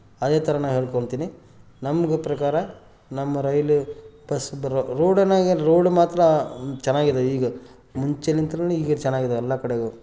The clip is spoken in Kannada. ಅದೇ ಥರ ನಾನು ಹೇಳ್ಕೊಳ್ತೀನಿ ನಮ್ಗೆ ಪ್ರಕಾರ ನಮ್ಮ ರೈಲು ಬಸ್ ಬರುವ ರೋಡಿನಾಗೆ ರೋಡು ಮಾತ್ರ ಚೆನ್ನಾಗಿದೆ ಈಗ ಮುಂಚಿನಿಂದನೂ ಈಗ ಚೆನ್ನಾಗಿದೆ ಎಲ್ಲ ಕಡೆಗೂ